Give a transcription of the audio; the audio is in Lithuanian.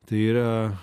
tai yra